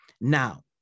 Now